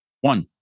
One